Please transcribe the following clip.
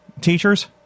teachers